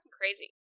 crazy